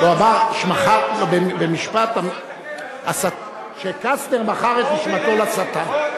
הוא אמר במשפט שקסטנר מכר את נשמתו לשטן,